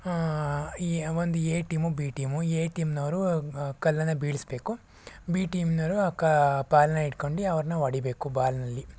ಈ ಒಂದು A team B team A ಟೀಮ್ನವರು ಕಲ್ಲನ್ನು ಬೀಳಿಸಬೇಕು ಬಿ ಟೀಮ್ನೋರು ಆ ಕ ಬಾಲ್ನ ಹಿಡ್ಕೊಂಡು ಅವ್ರನ್ನ ಒಡಿಬೇಕು ಬಾಲ್ನಲ್ಲಿ